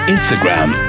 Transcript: Instagram